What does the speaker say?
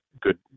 good